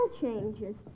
changes